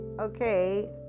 okay